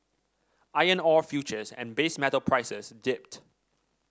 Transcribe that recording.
iron ore futures and base metal prices dipped